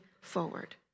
forward